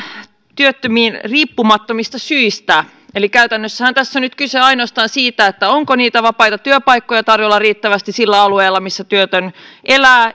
heistä riippumattomista syistä eli käytännössähän tässä on nyt kyse ainoastaan siitä onko niitä vapaita työpaikkoja tarjolla riittävästi sillä alueella missä työtön elää